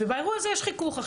באירוע הזה יש חיכוך.